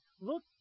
Look